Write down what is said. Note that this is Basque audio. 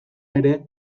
ere